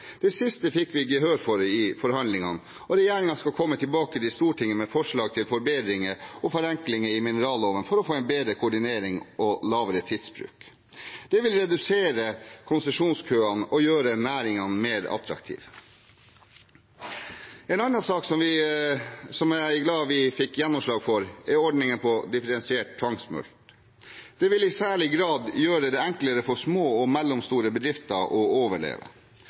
Det siste fikk vi gehør for i forhandlingene, og regjeringen skal komme tilbake til Stortinget med forslag til forbedringer og forenklinger i mineralloven for å få en bedre koordinering og lavere tidsbruk. Det vil redusere konsesjonskøene og gjøre næringen mer attraktiv. En annen sak jeg er glad vi fikk gjennomslag for, er ordningen med differensiert tvangsmulkt. Det vil i særlig grad gjøre det enklere for små og mellomstore bedrifter å overleve.